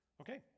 Okay